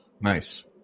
Nice